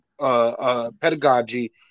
pedagogy